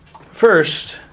First